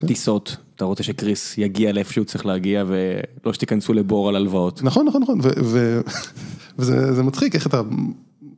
טיסות אתה רוצה שקריס יגיע לאיפה שהוא צריך להגיע ולא שתיכנסו לבור על הלוואות נכון נכון נכון וזה מצחיק איך אתה.